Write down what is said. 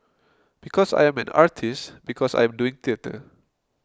because I am an artist because I am doing theatre